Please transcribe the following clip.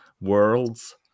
worlds